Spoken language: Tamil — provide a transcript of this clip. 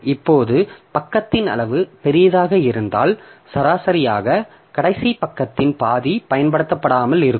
இப்போது பக்கத்தின் அளவு பெரியதாக இருந்தால் சராசரியாக கடைசி பக்கத்தின் பாதி பயன்படுத்தப்படாமல் இருக்கும்